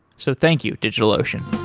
so thank you, digitalocean